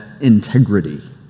integrity